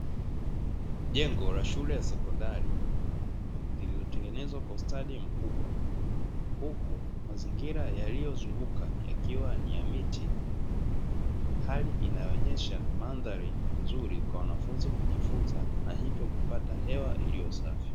Jengo la shule ya sekondari lililotengenezwa kwa ustadi mkubwa, huku mazingira yaliyozunguka yakiwa ni ya miti, hali inayoonyesha mandhari nzuri kwa wanafunzi kujifunza na hivyo kupata hewa iliyo safi.